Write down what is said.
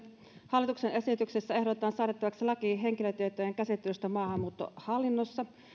hallituksen esityksessä ehdotetaan säädettäväksi laki henkilötietojen käsittelystä maahanmuuttohallinnossa